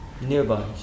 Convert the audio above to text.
Nearby